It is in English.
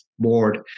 board